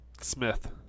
Smith